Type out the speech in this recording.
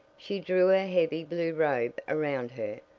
she drew her heavy blue robe around her,